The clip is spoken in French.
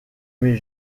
met